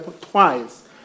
twice